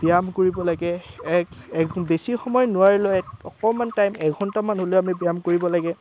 ব্যায়াম কৰিব লাগে এক একদম বেছি সময় নোৱাৰিলেও অকণমান টাইম এঘণ্টামান হ'লেও আমি ব্যায়াম কৰিব লাগে